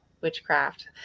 witchcraft